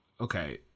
okay